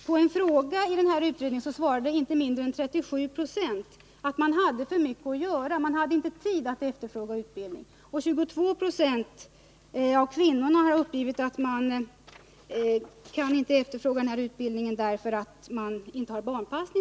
På en fråga som ställdes vid den här utredningen svarade inte mindre än 37 96 att man hade för mycket att göra, så att tiden inte räckte till för att efterfråga utbildning. 22 96 av kvinnorna uppgav att de inte kan efterfråga utbildningen, därför att det t.ex. inte finns någon barnpassning.